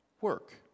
work